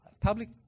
public